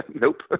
Nope